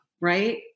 right